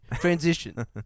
transition